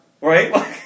right